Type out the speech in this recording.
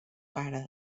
pare